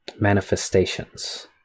manifestations